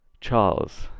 Charles